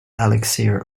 elixir